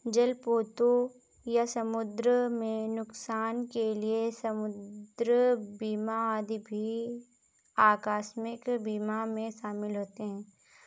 जलपोतों या समुद्र में नुकसान के लिए समुद्र बीमा आदि भी आकस्मिक बीमा में शामिल होते हैं